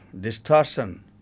distortion